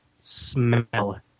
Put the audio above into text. smell